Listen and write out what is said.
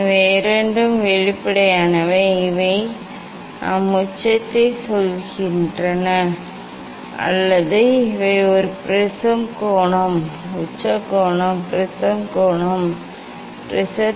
இவை இரண்டும் வெளிப்படையானவை இவை நாம் உச்சத்தை சொல்கின்றன அல்லது இவை ஒரு ப்ரிஸம் கோணம் உச்ச கோணம் ப்ரிஸம் கோணம் என எடுத்துக்கொள்கிறோம்